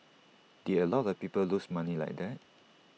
did A lot of people lose money like that